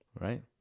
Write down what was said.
Right